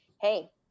hey